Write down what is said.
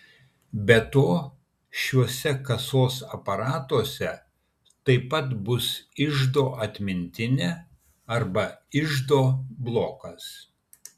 be to šiuose kasos aparatuose taip pat bus iždo atmintinė arba iždo blokas